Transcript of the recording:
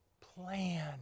plan